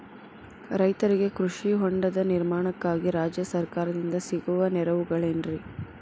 ರೈತರಿಗೆ ಕೃಷಿ ಹೊಂಡದ ನಿರ್ಮಾಣಕ್ಕಾಗಿ ರಾಜ್ಯ ಸರ್ಕಾರದಿಂದ ಸಿಗುವ ನೆರವುಗಳೇನ್ರಿ?